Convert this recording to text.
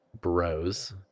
bros